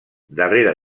darrere